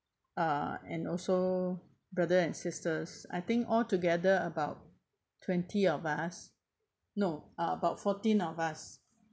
uh and also brother and sisters I think altogether about twenty of us no about fourteen of us